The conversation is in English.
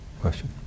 Question